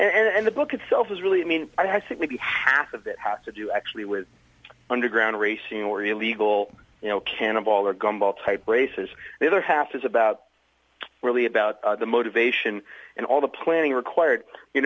and the book itself is really i mean i think maybe half of it has to do actually with underground racing or illegal you know cannonball or gumball type races the other half is about really about the motivation and all the planning required you